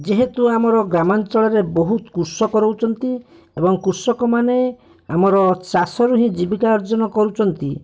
ଯେହେତୁ ଆମର ଗ୍ରାମାଞ୍ଚଳରେ ବହୁତ କୃଷକ ରହୁଛନ୍ତି ଏବଂ କୃଷକମାନେ ଆମର ଚାଷରୁ ହିଁ ଜୀବିକା ଅର୍ଜନ କରୁଛନ୍ତି